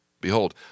Behold